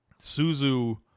Suzu